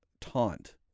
taunt